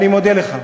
אני מודה לך.